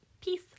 peace